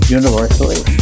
universally